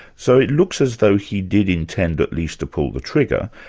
so it looks as though he did intend at least to pull the trigger,